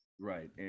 Right